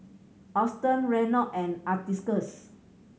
Auston Reynold and Atticus